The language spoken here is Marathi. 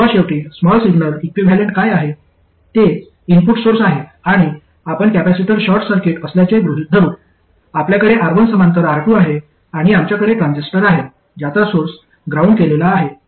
सर्वात शेवटी स्मॉल सिग्नल इक्विव्हॅलेंट काय आहे ते इनपुट सोर्स आहे आणि आपण कॅपेसिटर शॉर्ट सर्किट असल्याचे गृहित धरू आपल्याकडे R1 समांतर R2 आहे आणि आमच्याकडे ट्रांझिस्टर आहे ज्याचा सोर्स ग्राउंड केलेला आहे